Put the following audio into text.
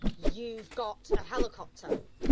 you've got a helicopter!